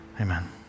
Amen